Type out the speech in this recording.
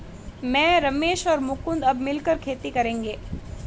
मैं, रमेश और मुकुंद अब मिलकर खेती करेंगे